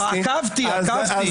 עקבתי, עקבתי.